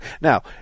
Now